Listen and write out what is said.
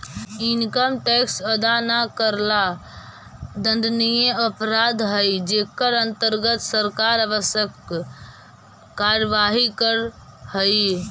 income tax अदा न करला दंडनीय अपराध हई जेकर अंतर्गत सरकार आवश्यक कार्यवाही करऽ हई